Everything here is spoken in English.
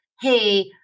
Hey